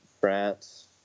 France